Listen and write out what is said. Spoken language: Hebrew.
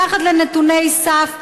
מתחת לנתוני סף,